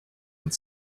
but